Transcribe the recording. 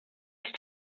going